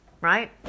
right